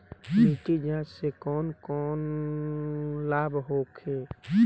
मिट्टी जाँच से कौन कौनलाभ होखे?